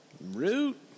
Root